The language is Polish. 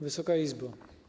Wysoka Izbo!